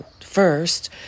first